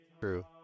True